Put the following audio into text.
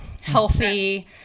healthy